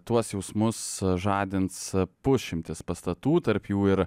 tuos jausmus žadins pusšimtis pastatų tarp jų ir